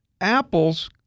apple's